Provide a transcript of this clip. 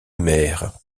mer